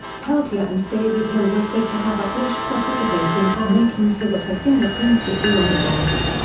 peltier and david hill were said to have aquash participate in bomb-making so that her fingerprints would be on the bombs.